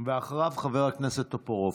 ואחריו, חבר הכנסת טופורובסקי.